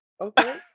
Okay